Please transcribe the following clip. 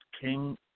King